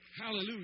Hallelujah